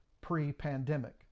pre-pandemic